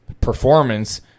performance